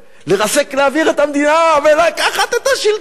לרסק, להבעיר את המדינה ולקחת את השלטון.